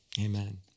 Amen